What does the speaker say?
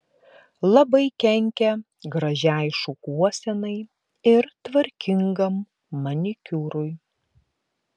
labai kenkia gražiai šukuosenai ir tvarkingam manikiūrui